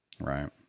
Right